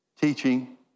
teaching